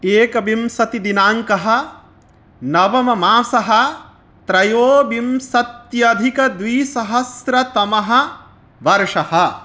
एकविंशतिदिनाङ्कः नवममासः त्रयोविंशत्यधिकं द्विसहस्रतमवर्षः